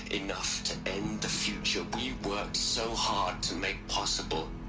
enough to end the future we worked so hard to make possible